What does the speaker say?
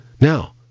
Now